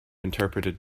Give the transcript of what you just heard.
interpreted